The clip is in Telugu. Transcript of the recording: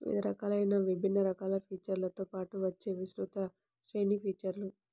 వివిధ రకాలైన విభిన్న రకాల ఫీచర్లతో పాటు వచ్చే విస్తృత శ్రేణి ఫీచర్లు